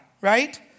right